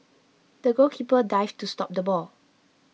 the goalkeeper dived to stop the ball